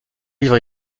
livre